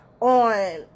On